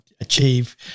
achieve